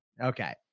okay